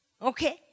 Okay